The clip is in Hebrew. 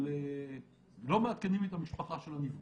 אבל לא מעדכנים את המשפחה של הנפגע.